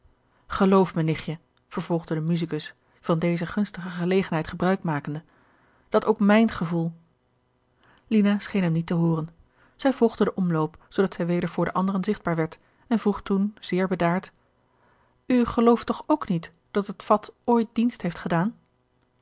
geloof me nichtje vervolgde de musicus van deze gunstige gelegenheid gebruik makende dat ook mijn gevoel lina scheen hem niet te hooren zij volgde den omloop zoodat zij weder voor de anderen zichtbaar werd en vroeg toen zeer bedaard u gelooft toch ook niet dat het vat ooit dienst heeft gedaan